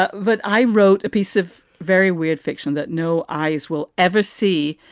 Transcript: ah but i wrote a piece of very weird fiction that no eyes will ever see.